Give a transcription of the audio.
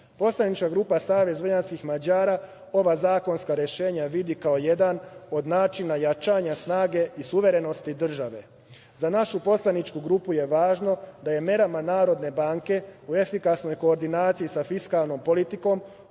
evra. Poslanička grupa Savez vojvođanskih Mađara ova zakonska rešenja vidi kao jedan od načina jačanja snage i suverenosti države. Za našu poslaničku grupu je važno da je merama Narodne banke u efikasnoj koordinaciji sa fiskalnom politikom